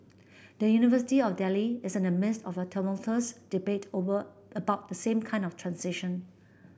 the University of Delhi is in the midst of a tumultuous debate over about the same kind of transition